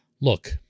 look